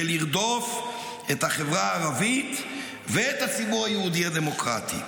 לרדוף את החברה הערבית ואת הציבור היהודי הדמוקרטי.